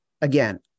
again